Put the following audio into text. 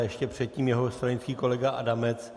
Ještě předtím jeho stranický kolega Adamec.